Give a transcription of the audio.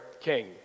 king